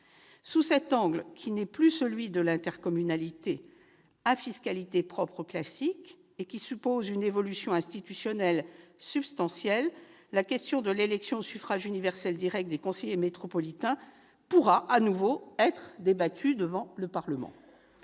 Sous cet angle, qui n'est plus celui de l'intercommunalité à fiscalité propre classique et qui suppose une évolution institutionnelle substantielle, la question de l'élection au suffrage universel direct des conseillers métropolitains pourra de nouveau être débattue devant le Parlement.